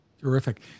Terrific